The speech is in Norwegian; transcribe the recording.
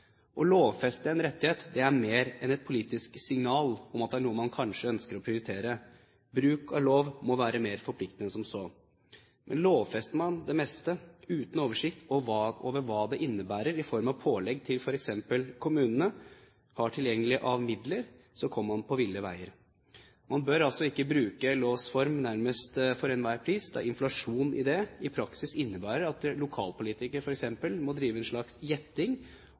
Å lovfeste en rettighet er mer enn et politisk signal om at det er noe man kanskje ønsker å prioritere. Bruk av lov må være mer forpliktende enn som så. Lovfester man det meste uten oversikt over hva det innebærer i form av pålegg til f.eks. hva kommunene har tilgjengelig av midler, kommer man på ville veier. Man bør altså ikke bruke lovs form nærmest for enhver pris, da inflasjon i det i praksis innebærer at f.eks. lokalpolitikere må drive en slags